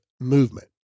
movement